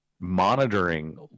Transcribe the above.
monitoring